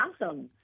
awesome